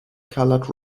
coloured